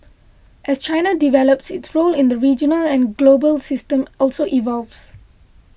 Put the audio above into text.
as China develops its role in the regional and global system also evolves